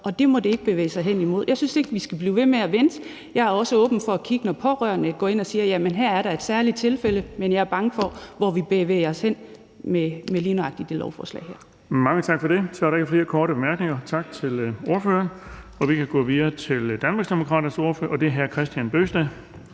og det må det ikke bevæge sig henimod. Jeg synes ikke, vi skal blive ved med at vente. Jeg er også åben for at kigge på det, når pårørende går ind og siger: Jamen her er der et særligt tilfælde. Men jeg er bange for, hvor vi bevæger os hen med lige nøjagtig det lovforslag her.